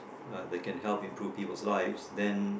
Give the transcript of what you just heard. uh they can help improve people's lives then